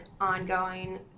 ongoing